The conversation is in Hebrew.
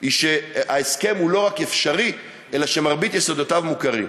היא שההסכם הוא לא רק אפשרי אלא שמרבית יסודותיו מוכרים.